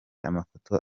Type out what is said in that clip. amafoto